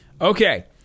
Okay